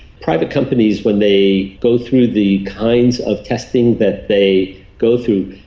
private companies when they go through the kinds of testing that they go through,